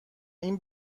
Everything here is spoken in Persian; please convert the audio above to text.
این